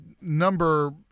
number